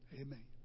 Amen